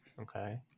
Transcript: okay